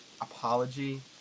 apology